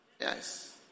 Yes